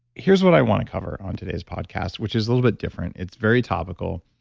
here's what i want to cover on today's podcast, which is a little bit different. it's very topical,